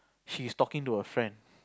she is talking to a friend